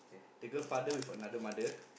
the girl father with another mother